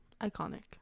Iconic